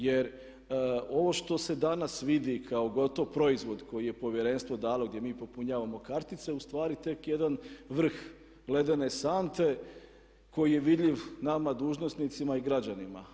Jer ovo što se danas vidi kao gotov proizvod koji je Povjerenstvo dalo gdje mi popunjavamo kartice, ustvari tek jedan vrh ledene sante koji je vidljiv nama dužnosnicima i građanima.